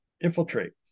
infiltrate